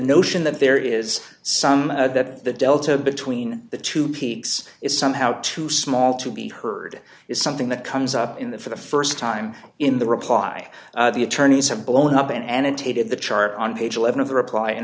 notion that there is some that the delta between the two peaks is somehow too small to be heard is something that comes up in the for the st time in the reply the attorneys have blown up an annotated the chart on page eleven of the reply in